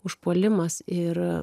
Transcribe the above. užpuolimas ir